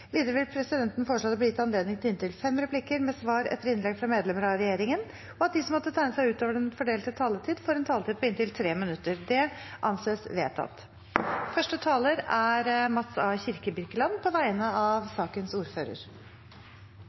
Videre vil presidenten foreslå at det blir gitt anledning til inntil fem replikker med svar etter innlegg fra medlemmer av regjeringen, og at de som måtte tegne seg på talerlisten utover den fordelte taletid, får en taletid på inntil 3 minutter. – Det anses vedtatt.